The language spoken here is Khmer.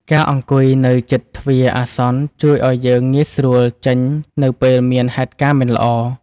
ការអង្គុយនៅជិតទ្វារអាសន្ន ជួយឱ្យយើងងាយស្រួលចេញនៅពេលមានហេតុការណ៍មិនល្អ ។